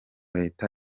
leta